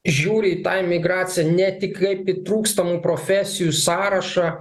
žiūri į tą imigraciją ne tik kaip į trūkstamų profesijų sąrašą